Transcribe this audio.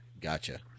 Gotcha